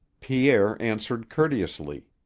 pierre answered courteously.